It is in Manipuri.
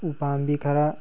ꯎꯄꯥꯝꯕꯤ ꯈꯔ